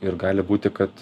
ir gali būti kad